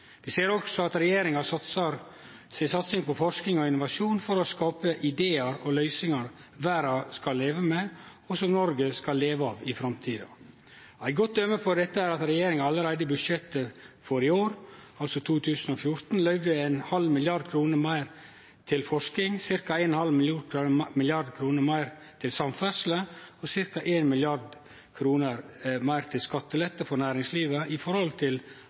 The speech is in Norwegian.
Vi ser også at regjeringa satsar på forsking og innovasjon for å skape ideane og løysingane verda kan leve med, og som Noreg skal leve av i framtida. Eit godt døme på dette er at regjeringa allereie i budsjettet for i år, altså 2014, løyvde 0,5 mrd. kr meir til forsking, ca. 1,5 mrd. kr meir til samferdsle og ca. 1 mrd. kr til skatteletter for næringslivet i forhold til